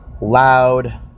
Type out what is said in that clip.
loud